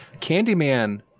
Candyman